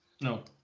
No